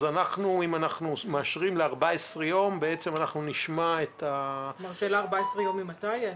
אם אנחנו מאשרים ל-14 יום --- השאלה היא 14 יום ממתי?